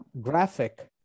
graphic